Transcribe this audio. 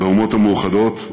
לאומות המאוחדות,